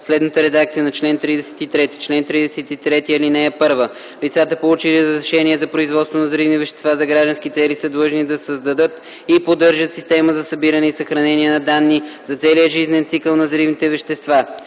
следната редакция на чл. 33: „Чл. 33. (1) Лицата, получили разрешение за производство на взривни вещества за граждански цели, са длъжни да създадат и поддържат система за събиране и съхранение на данни за целия жизнен цикъл на взривните вещества.